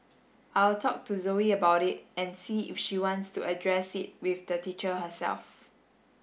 I'll talk to Zoe about it and see if she wants to address it with the teacher herself